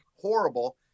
horrible